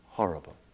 horrible